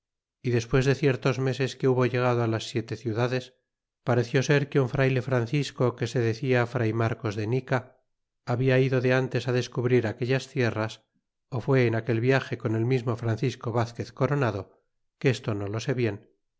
y despues de ciertos meses que hubo llegado las siete ciudades pareció ser que un frayle francisco que se decia fray marcos de nica habia ido de ntes descubrir aquellas tierras ó fué en aquel viaje con el mismo francisco vazquez coronado que esto no lo se bien